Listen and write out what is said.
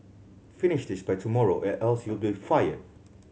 finish this by tomorrow or else you'll be fired